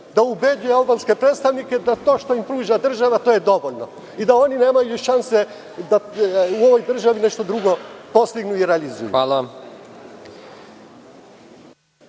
da ubedi albanske predstavnike da je to što im pruža država dovoljno i da oni nemaju šanse da u ovoj državi nešto drugo postignu i realizuju.